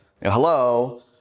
Hello